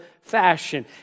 fashion